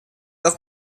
auch